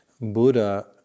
buddha